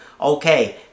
Okay